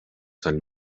san